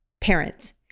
parents